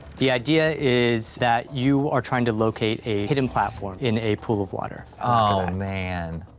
the idea is that you are trying to locate a hidden platform in a pool of water. oh, man,